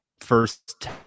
first